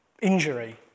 Injury